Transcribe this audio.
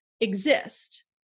exist